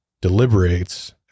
deliberates